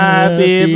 Happy